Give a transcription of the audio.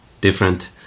different